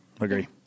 agree